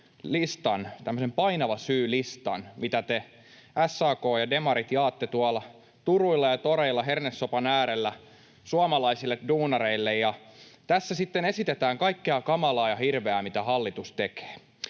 Painava syy ‑listan, mitä te, SAK ja demarit, jaatte tuolla turuilla ja toreilla hernesopan äärellä suomalaisille duunareille. Tässä sitten esitetään kaikkea kamalaa ja hirveää, mitä hallitus tekee.